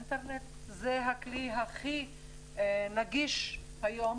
האינטרנט זה הכלי הכי נגיש היום,